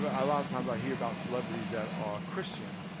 but a lot of times i hear about celebrities that are christian